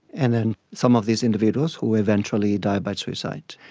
and and some of these individuals who eventually die by suicide.